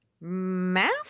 Math